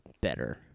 better